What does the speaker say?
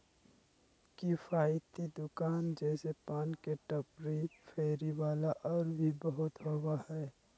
किफ़ायती दुकान जैसे पान के टपरी, फेरी वाला और भी बहुत होबा हइ